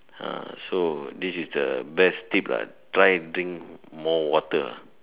ah so this is the best tip ah try drink more water